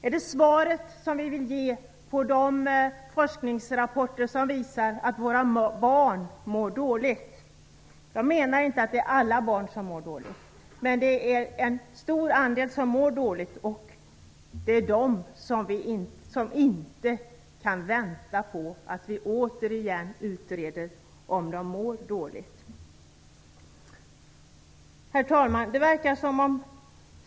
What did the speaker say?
Är detta det svar som vi vill ge på de forskningsrapporter som visar att våra barn mår dåligt? Jag menar inte att alla barn mår dåligt, men en stor andel av barnen mår dåligt. Det är de som inte kan vänta på att vi återigen utreder om de mår dåligt. Herr talman!